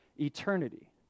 eternity